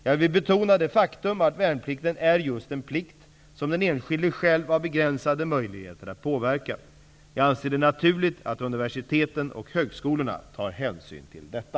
Jag vill betona det faktum att värnplikten är just en plikt som den enskilde själv har begränsade möjligheter att påverka. Jag anser det naturligt att universiteten och högskolorna tar hänsyn till detta.